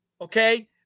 okay